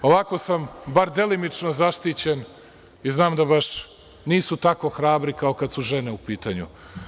Ovako sam bar delimično zaštićen i znam da nisu baš tako hrabri kao kada su žene u pitanju.